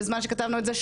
בזמן שכתבנו את זה,